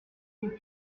pour